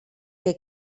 que